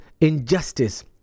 injustice